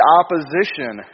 opposition